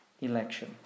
election